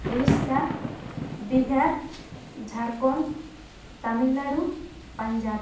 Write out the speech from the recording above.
Odisha Bihar Jharkhand Tamil Nadu Punjab